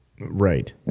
Right